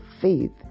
faith